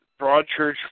Broadchurch